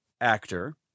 actor